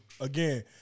again